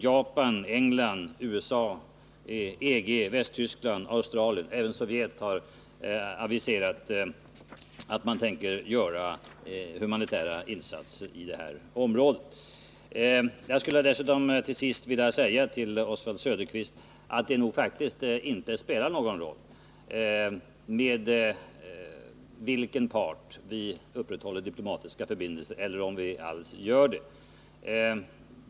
Japan, England, USA, EG, Västtyskland, Australien. Även Sovjet har aviserat att man tänker göra humanitära insatser i området. Jag skulle dessutom till sist gärna vilja säga till Oswald Söderqvist att det nog faktiskt inte spelar någon roll i detta sammanhang med vilken part vi upprätthåller diplomatiska förbindelser eller om vi alls gör det.